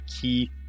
key